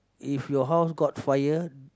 if your house caught fire